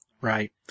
Right